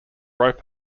rope